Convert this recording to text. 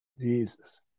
Jesus